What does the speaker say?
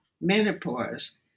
menopause